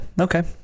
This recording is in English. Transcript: Okay